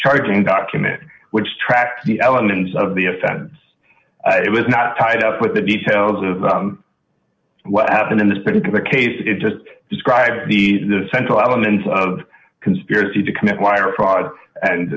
charging document which tracks the elements of the offense it was not tied up with the details of what happened in this particular case it just described the the central elements of conspiracy to commit wire fraud and